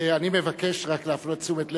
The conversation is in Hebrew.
אני מבקש רק להפנות תשומת לב,